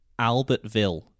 Albertville